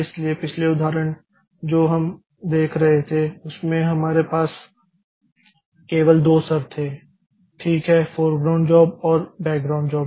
इसलिए पिछले उदाहरण जो हम देख रहे थे उसमें हमारे पास केवल दो स्तर थे ठीक है फोरग्राउंड जॉब और बैकग्राउंड जॉब